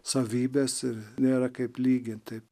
savybes ir nėra kaip lygint tai